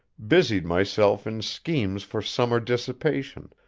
busied myself in schemes for summer dissipation,